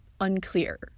unclear